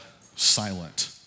silent